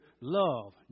love